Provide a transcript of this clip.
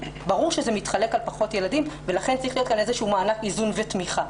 ברור שזה מתחלק על פחות ילדים ולכן צריך להיות כאן מענק איזון ותמיכה,